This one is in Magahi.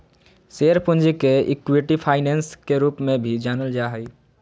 शेयर पूंजी के इक्विटी फाइनेंसिंग के रूप में भी जानल जा हइ